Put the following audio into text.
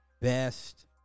best